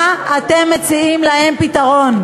מה אתם מציעים להם כפתרון?